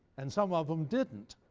and some of them didn't.